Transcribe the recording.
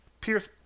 Pierce